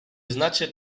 znacie